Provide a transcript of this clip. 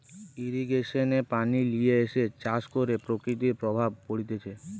irrigation এ পানি লিয়ে এসে চাষ করে প্রকৃতির প্রভাব পড়তিছে